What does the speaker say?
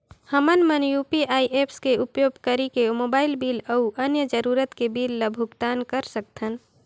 हमन मन UPI apps के उपयोग करिके मोबाइल बिल अऊ अन्य जरूरत के बिल ल भुगतान कर सकथन